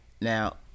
Now